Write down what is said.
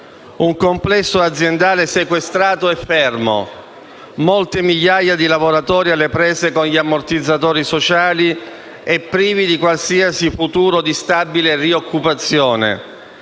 un complesso aziendale sequestrato e fermo, molte migliaia di lavoratori alle prese con gli ammortizzatori sociali e privi di qualsiasi futuro di stabile rioccupazione